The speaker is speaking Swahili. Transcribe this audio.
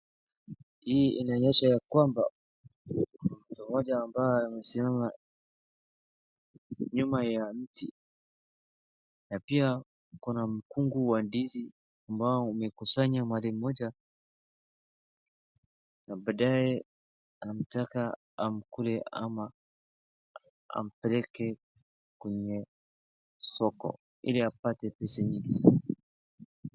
Hii inaonyesha ya kwamba mtu mmoja ambaye amesimama nyuma ya mti, na pia kuna mkungu wa ndizi amabao umekusanya mahali moja na baadae anamtaka amkule ama ampeleke kwenye soko ili apate pesa nyingi sana.